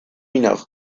minogue